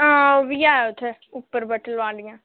हां ओह्बी ऐ उत्थै उप्पर बट्टल बालियां